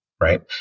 Right